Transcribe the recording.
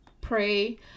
pray